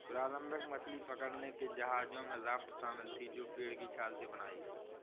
प्रारंभिक मछली पकड़ने के जहाजों में राफ्ट शामिल थीं जो पेड़ की छाल से बनाई गई